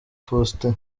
faustin